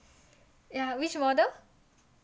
ya which model